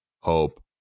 hope